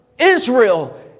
Israel